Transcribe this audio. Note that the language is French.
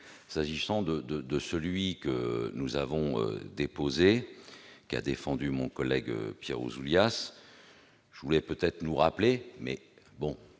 S'agissant de celui que nous avons déposé et qu'a défendu mon collègue Pierre Ouzoulias, je voudrais vous rappeler, mes chers